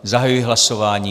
Zahajuji hlasování.